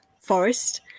Forest